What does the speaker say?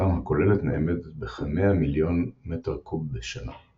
ותפוקתם הכוללת נאמדת בכ-100 מיליון מ"ק בשנה.